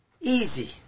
easy